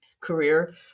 career